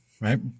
right